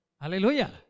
Hallelujah